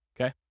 okay